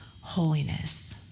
holiness